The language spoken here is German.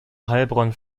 heilbronn